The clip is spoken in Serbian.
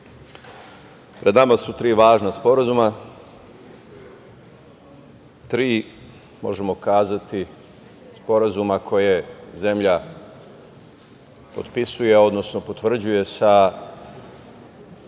pred nama su tri važna sporazuma, tri, možemo kazati, sporazuma koje zemlja potpisuje, odnosno potvrđuje sa